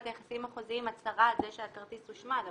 היחסים החוזיים הצהרה על זה שהכרטיס הושמד.